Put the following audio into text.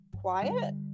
quiet